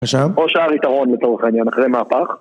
עכשיו? או שער יתרון לצורך העניין אחרי מהפך